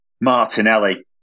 Martinelli